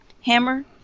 hammer